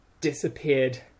disappeared